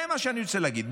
זה מה שאני רוצה להגיד.